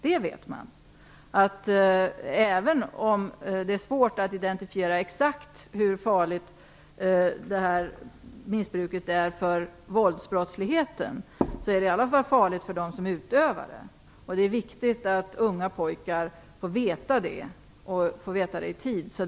Man vet att även om det är svårt att exakt identifiera hur farligt det här missbruket är vad gäller våldsbrottsligheten, är det i varje fall farligt för dem som utövar det. Det är viktigt att unga pojkar i tid får veta detta.